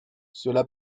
cela